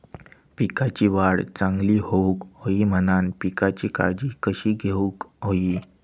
पिकाची वाढ चांगली होऊक होई म्हणान पिकाची काळजी कशी घेऊक होई?